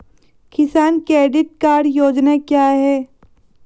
किसान credit card योजना क्या है?